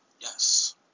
Yes